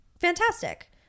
fantastic